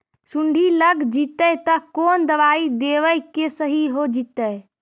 सुंडी लग जितै त कोन दबाइ देबै कि सही हो जितै?